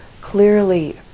clearly